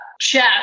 Jeff